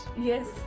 Yes